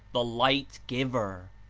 the light-giv er.